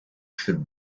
should